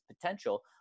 potential